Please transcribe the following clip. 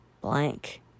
blank